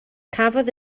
cafodd